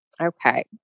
Okay